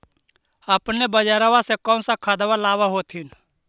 अपने बजरबा से कौन सा खदबा लाब होत्थिन?